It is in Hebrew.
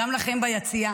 גם לכם ביציע,